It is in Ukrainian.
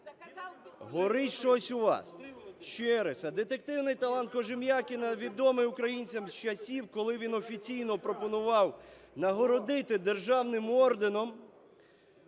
Горить щось у вас. Ще раз. Детективний талант Кожем'якіна відомий українцям з часів, коли він офіційно пропонував нагородити державним орденом